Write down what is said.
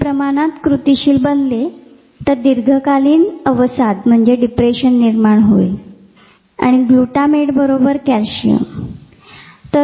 अधिक प्रमाणात कृतीशील बनले तर दीर्घकालीन अवसाद निर्माण होईल आणि ग्लुटामेटबरोबर कॅल्शिअम